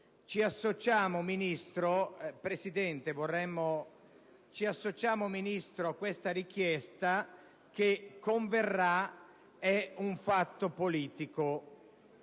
Ci associamo, Ministro, a questa richiesta che - converrà - è un fatto politico.